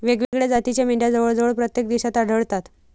वेगवेगळ्या जातीच्या मेंढ्या जवळजवळ प्रत्येक देशात आढळतात